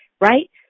right